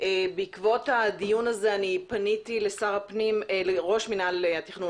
בעקבות הדיון הזה פניתי לראש מינהל התכנון,